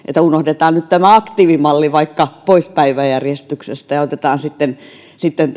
unohdetaan nyt vaikka tämä aktiivimalli pois päiväjärjestyksestä ja otetaan sitten sitten